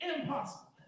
impossible